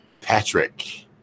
patrick